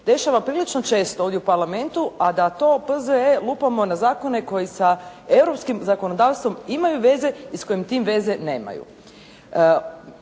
dešava prilično često ovdje u Parlamentu, a da to P.Z.E lupamo na zakone koji sa europskim zakonodavstvom imaju veze i koji s time veze nemaju.